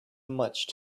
much